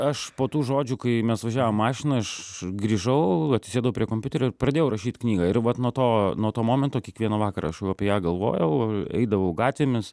aš po tų žodžių kai mes važiavom mašina aš grįžau atsisėdau prie kompiuterio ir pradėjau rašyt knygą ir vat nuo to nuo to momento kiekvieną vakarą aš jau apie ją galvojau eidavau gatvėmis